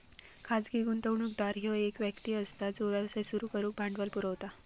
खाजगी गुंतवणूकदार ह्यो एक व्यक्ती असता जो व्यवसाय सुरू करुक भांडवल पुरवता